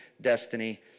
destiny